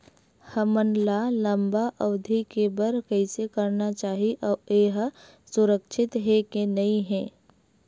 हमन ला लंबा अवधि के बर कइसे करना चाही अउ ये हा सुरक्षित हे के नई हे?